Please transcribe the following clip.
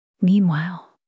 Meanwhile